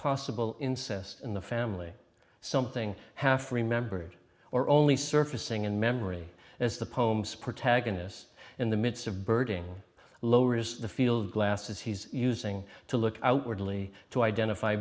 possible incest in the family something half remembered or only surfacing in memory as the poems protagonists in the midst of birding lowers the field glasses he's using to look outwardly to identify